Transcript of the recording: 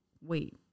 wait